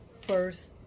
first